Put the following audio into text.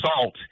salt